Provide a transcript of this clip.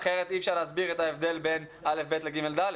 אחרת אי אפשר להסביר את ההבדל בין א'-ב' ל-ג'-ד',